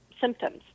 symptoms